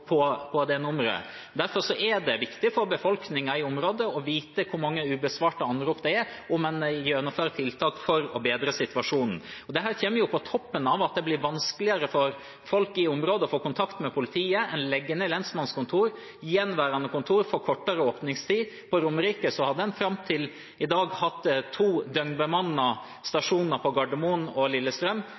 det nummeret. Derfor er det viktig for befolkningen i området å vite hvor mange ubesvarte anrop det er, og om en gjennomfører tiltak for å bedre situasjonen. Dette kommer jo på toppen av at det blir vanskeligere for folk i området å få kontakt med politiet. En legger ned lensmannskontor, og gjenværende kontor får kortere åpningstid. På Romerike har en fram til i dag hatt to døgnbemannede stasjoner, på Gardermoen og på Lillestrøm.